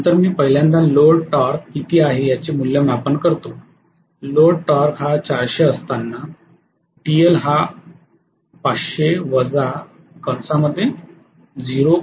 नंतर मी पहिल्यांदा लोड टॉर्क किती आहे याचे मूल्यमापन करतो लोड टॉर्क हा 400 असताना TL 500−0